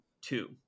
two